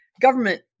government